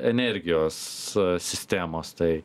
energijos sistemos tai